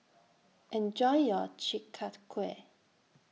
Enjoy your Chi Kak Kuih